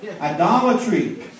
Idolatry